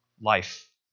life